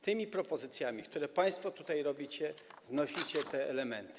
Tymi propozycjami, które państwo tutaj przedstawiacie, znosicie te elementy.